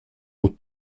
aux